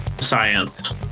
Science